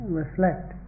reflect